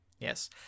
Yes